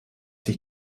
sich